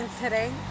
today